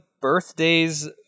birthdays